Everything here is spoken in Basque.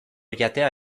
jatea